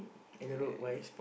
I don't know why